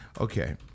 okay